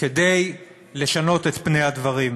כדי לשנות את פני הדברים.